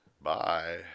Bye